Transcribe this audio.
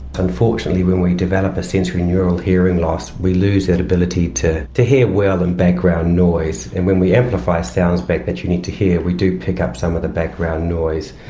unfortunately when we develop a sensory neural hearing loss we lose that ability to to hear well in background noise. and when we amplify sounds back that you need to hear, we do pick up some of the background noise.